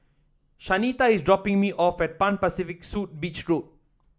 Shanita is dropping me off at Pan Pacific Suit Beach Road